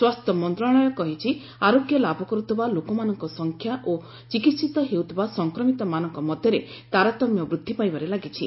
ସ୍ୱାସ୍ଥ୍ୟ ମନ୍ତ୍ରଶାଳୟ କହିଛି ଆରୋଗ୍ୟ ଲାଭ କରୁଥିବା ଲୋକମାନଙ୍କ ସଂଖ୍ୟା ଓ ଚିକିିିତ ହେଉଥିବା ସଂକ୍ମିତମାନଙ୍କ ମଧ୍ୟରେ ତାରତମ୍ୟ ବୃଦ୍ଧି ପାଇବାରେ ଲାଗିଛି